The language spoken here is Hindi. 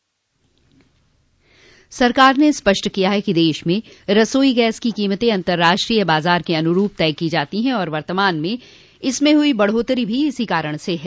सरकार ने स्पष्ट किया है कि देश में रसोई गैस की कीमतें अंतर्राष्ट्रीय बाजार के अनुरूप तय की जाती हैं और वर्तमान में इसमें हुई बढोत्तरी भी इसी कारण से है